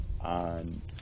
on